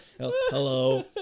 hello